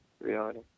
Reality